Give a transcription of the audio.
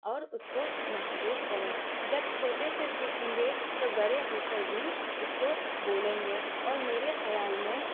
اور اس کو محفوظ کریں جب چھوٹے سے سیکھیں گے تو بڑے ہو کر بھی اس کو بولیں گے اور میرے خیال میں